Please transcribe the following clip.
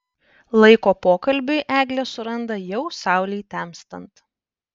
laiko pokalbiui eglė suranda jau saulei temstant